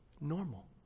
normal